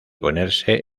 ponerse